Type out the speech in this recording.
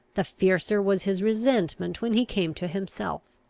the fiercer was his resentment when he came to himself.